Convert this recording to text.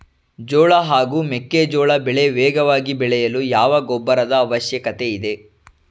ಜೋಳ ಹಾಗೂ ಮೆಕ್ಕೆಜೋಳ ಬೆಳೆ ವೇಗವಾಗಿ ಬೆಳೆಯಲು ಯಾವ ಗೊಬ್ಬರದ ಅವಶ್ಯಕತೆ ಇದೆ?